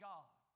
God